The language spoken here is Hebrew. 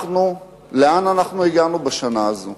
לאן אנחנו הגענו בשנה הזאת?